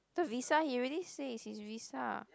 the visa he already say is his visa